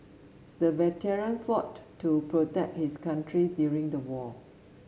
the veteran fought to protect his country during the war